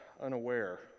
unaware